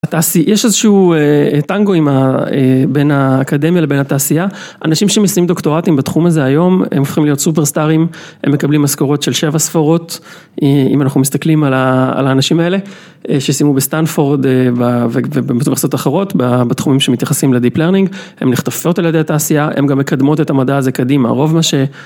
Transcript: התעש..., יש איזשהו אה... טנגו בין האקדמיה לבין התעשייה, אנשים שמסיימים דוקטורטים בתחום הזה היום, הם הופכים להיות סופר סטארים, הם מקבלים משכורות של שבע ספורות, אה... אם אנחנו מסתכלים על האנשים האלה, שסיימו בסטנפורד ואוניברסיטאות אחרות בתחומים שמתייחסים לדיפ לרנינג, הם נחטפות על ידי התעשייה, הם גם מקדמות את המדע הזה קדימה, רוב מה ש...